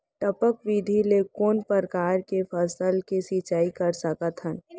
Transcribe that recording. टपक विधि ले कोन परकार के फसल के सिंचाई कर सकत हन?